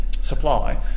supply